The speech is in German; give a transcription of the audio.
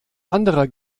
anderer